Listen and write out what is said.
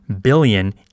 billion